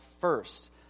first